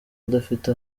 adafite